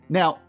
now